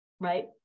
Right